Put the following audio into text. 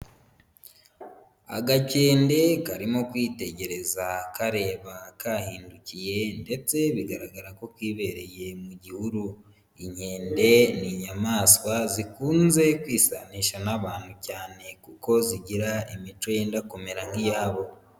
Agakede karimo kwitegereza kareba kahindukiye ndetse bigaragara ko kibereye mu gihuru, inkende ni inyamaswa zikunze kwisanisha n'abantu cyane kuko zigira imico yenda kumera nk'iyabo.